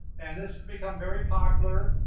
and this has become very popular,